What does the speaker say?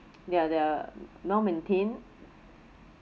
they are they are well maintained